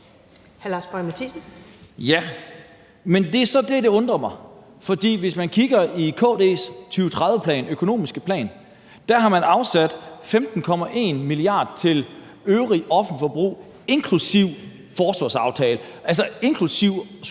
Jamen det er så det, der undrer mig, for hvis man kigger i KD's 2030-plan, den økonomiske plan, kan man se, at der er afsat 15,1 mia. kr. til øvrigt offentligt forbrug, inklusive forsvarsaftalen – altså inklusive